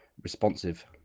responsive